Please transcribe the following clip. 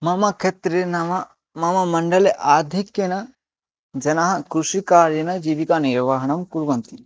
मम कत्रि नाम मम मण्डले आधिक्येन जनाः कृषिकार्येण जीविका निर्वहणं कुर्वन्ति